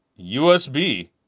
USB